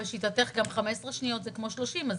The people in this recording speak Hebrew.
לשיטתך גם 15 שניות זה כמו 30 שניות אז